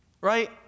Right